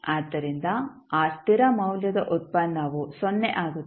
ಆದ್ದರಿಂದ ಆ ಸ್ಥಿರ ಮೌಲ್ಯದ ಉತ್ಪನ್ನವು ಸೊನ್ನೆ ಆಗುತ್ತದೆ